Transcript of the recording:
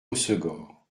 hossegor